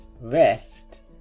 Rest